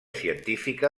científica